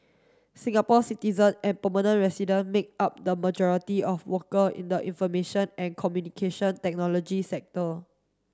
Singapore citizen and permanent resident make up the majority of worker in the information and communication technology sector